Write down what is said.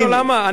אני חושב,